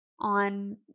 On